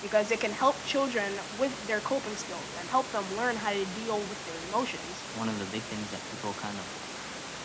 because it can help children with their coping skills and help them learn how to deal with their emotions. one of the big things that people kind of